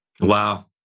Wow